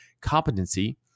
competency